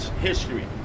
history